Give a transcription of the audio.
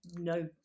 no